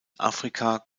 afrika